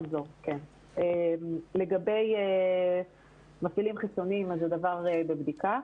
לגבי מפעילים חיצוניים הדבר בבדיקה.